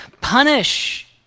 punish